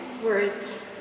words